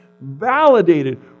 validated